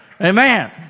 Amen